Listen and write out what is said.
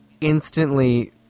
Instantly